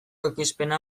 ekoizpena